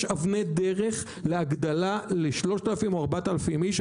אבני דרך להגדלה ל-3,000 או 4,000 איש.